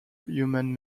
human